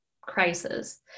crisis